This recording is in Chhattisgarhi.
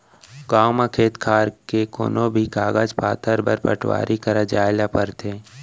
गॉंव म खेत खार के कोनों भी कागज पातर बर पटवारी करा जाए ल परथे